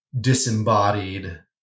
Disembodied